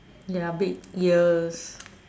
ya big ears